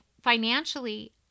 financially